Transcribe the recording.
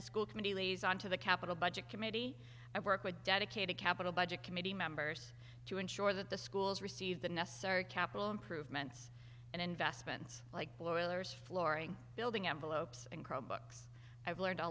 a school committee liaison to the capital budget committee i work with dedicated capital budget committee members to ensure that the schools receive the necessary capital improvements and investments like boilers flooring building envelopes and crow books i've learned a